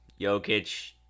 Jokic